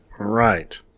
Right